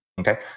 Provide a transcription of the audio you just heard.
okay